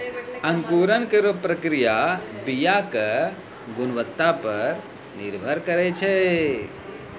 अंकुरन केरो क्रिया बीया क गुणवत्ता पर निर्भर करै छै